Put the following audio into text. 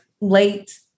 late